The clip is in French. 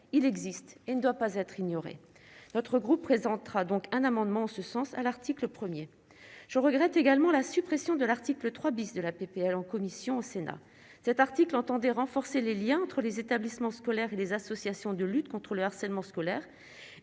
il existe, il ne doit pas être ignoré notre groupe présentera donc un amendement en ce sens à l'article 1er je regrette également la suppression de l'article 3 bis de la PPL en commission au Sénat cet article entendait renforcer les Liens entre les établissements scolaires et les associations de lutte contre le harcèlement scolaire